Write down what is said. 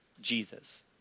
Jesus